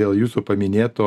dėl jūsų paminėto